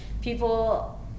people